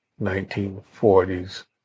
1940s